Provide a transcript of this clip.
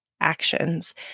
actions